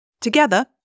Together